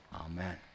Amen